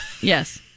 Yes